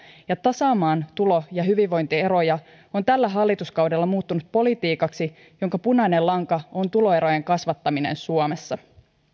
ja tasaamaan tulo ja hyvinvointieroja on tällä hallituskaudella muuttunut politiikaksi jonka punainen lanka on tuloerojen kasvattaminen suomessa